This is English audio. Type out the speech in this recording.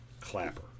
Clapper